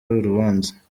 urubanza